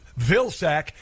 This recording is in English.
Vilsack